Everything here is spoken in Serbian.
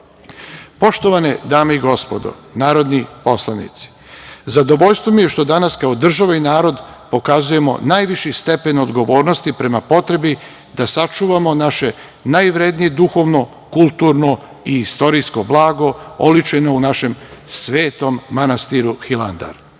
crkve. Poštovan dame i gospodo narodni poslanici, zadovoljstvo mi je što danas kao država i narod pokazujemo najviši stepen odgovornosti prema potrebi da sačuvamo naše najvrednije duhovno, kulturno i istorijsko blago oličeno u našem Svetom manastiru Hilandar. Od